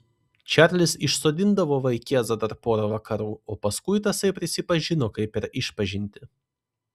čarlis išsodindavo vaikėzą dar pora vakarų o paskui tasai prisipažino kaip per išpažintį